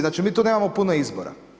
Znači mi tu nemamo puno izbora.